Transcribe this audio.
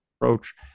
approach